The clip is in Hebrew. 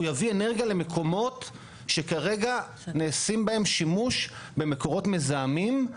הוא יביא אנרגיה למקומות שכרגע נעשים בהם שימוש במקורות מזהמים.